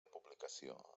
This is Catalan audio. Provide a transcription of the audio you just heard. publicació